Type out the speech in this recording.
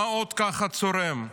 מה עוד ככה צורם?